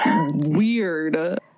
weird